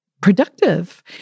productive